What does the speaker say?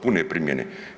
Pune primjene.